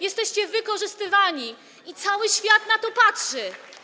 Jesteście wykorzystywani i cały świat na to patrzy.